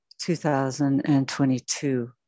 2022